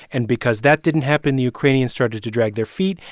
and because that didn't happen, the ukrainians started to drag their feet.